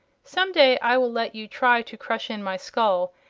some day i will let you try to crush in my skull,